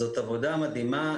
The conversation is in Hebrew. זו עבודה מדהימה,